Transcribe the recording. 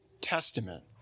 Testament